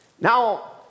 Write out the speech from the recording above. Now